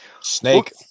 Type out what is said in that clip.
Snake